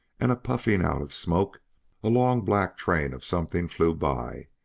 and a puffing out of smoke a long black train of something flew by,